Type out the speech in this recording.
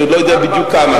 אני עוד לא יודע בדיוק כמה.